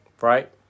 right